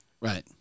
Right